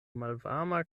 malvarma